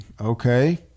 Okay